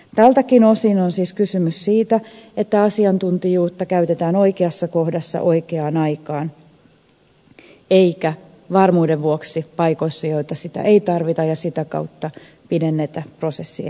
tältäkin osin on siis kysymys siitä että asiantuntijuutta käytetään oikeassa kohdassa oikeaan aikaan eikä varmuuden vuoksi paikoissa joissa sitä ei tarvita ja sitä kautta pidennetä prosessien kestoa